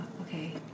okay